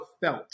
felt